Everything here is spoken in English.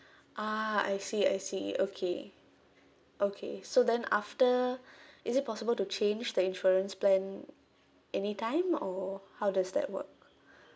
ah I see I see okay okay so then after is it possible to change the insurance plan anytime or how does that work